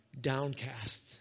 downcast